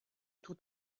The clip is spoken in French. tout